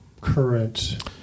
current